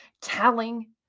telling